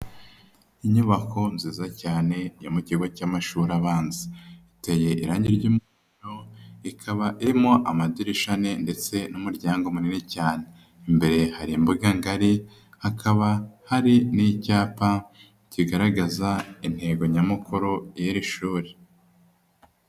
Inyubako nziza cyane ya mu kigo cy'amashuri abanza iteye irangi ry'umuhomdo ikaba irimo amadirisha ane ndetse n'umuryango munini cyane, imbere hari imbuga ngari hakaba hari n'icyapa kigaragaza intego nyamukuru y'iri shuri.